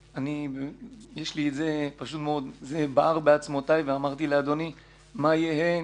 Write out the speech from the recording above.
זה בער בעצמותיי ואמרתי לאדוני: מה יהיה?